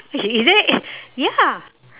is it ya